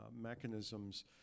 mechanisms